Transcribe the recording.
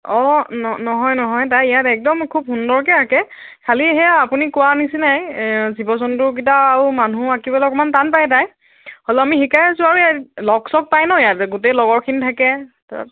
অঁ ন নহয় নহয় তাই ইয়াত একদম খুব সুন্দৰকৈ আঁকে খালি সেয়া আপুনি কোৱাৰ নিচিনাই জীৱ জন্তু কেইটা আৰু মানুহ আঁকিবলৈ অকণমান টান পাই তাই হ'লেও আমি শিকাই আছোঁ আৰু এই লগ চগ পাই ন' ইয়াত গোটেই লগৰখিনি থাকে